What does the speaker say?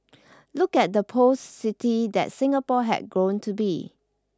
look at the post city that Singapore had grown to be